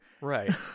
Right